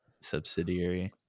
subsidiary